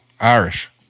Irish